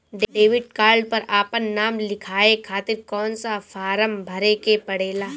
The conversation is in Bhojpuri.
डेबिट कार्ड पर आपन नाम लिखाये खातिर कौन सा फारम भरे के पड़ेला?